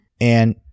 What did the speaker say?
and-